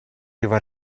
его